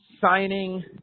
signing